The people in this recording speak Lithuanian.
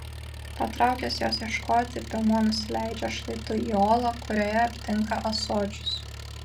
patraukęs jos ieškoti piemuo nusileidžia šlaitu į olą kurioje aptinka ąsočius